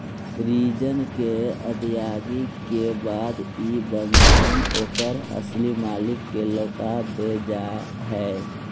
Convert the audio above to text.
ऋण के अदायगी के बाद इ बंधन ओकर असली मालिक के लौटा देल जा हई